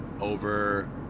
over